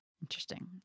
Interesting